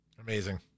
amazing